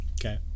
Okay